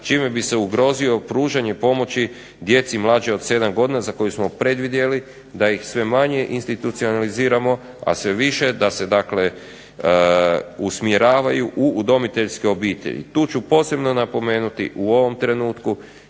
čime bi se ugrozilo pružanje pomoći djeci mlađoj od 7 godina za koju smo predvidjeli da ih sve manje institucionaliziramo a sve više da se usmjeravaju u udomiteljske obitelji. Tu ću posebno napomenuti u ovom trenutku